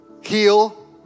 heal